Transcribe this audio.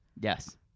Yes